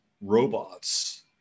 robots